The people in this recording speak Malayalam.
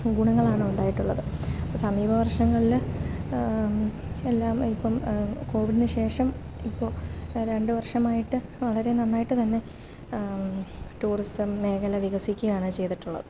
ഗുണങ്ങളാണ് ഉണ്ടായിട്ടുള്ളത് സമീപ വർഷങ്ങളില് എല്ലാം ഇപ്പോള് കോവിഡിന് ശേഷം ഇപ്പോള് രണ്ട് വർഷമായിട്ട് വളരെ നന്നായിട്ട് തന്നെ ടൂറിസം മേഖല വികസിക്കാണ് ചെയ്തിട്ടുള്ളത്